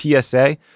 PSA